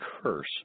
curse